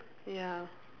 ya